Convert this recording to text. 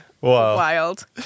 Wild